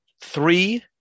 Three